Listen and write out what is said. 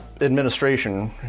administration